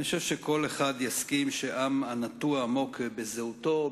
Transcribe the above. אני חושב שכל אחד יסכים שעם הנטוע עמוק בזהותו,